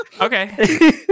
Okay